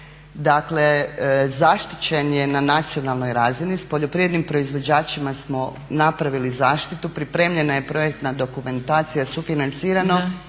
Dakle zaštićen je na nacionalnoj razini. S poljoprivrednim proizvođačima smo napravili zaštitu, pripremljena je projektna dokumentacija sufinancirano